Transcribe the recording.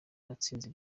natsinze